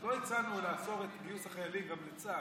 אז לא הצענו לעצור את גיוס החיילים גם לצה"ל.